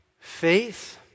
faith